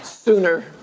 Sooner